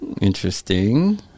interesting